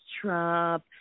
Trump